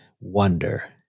wonder